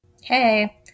Hey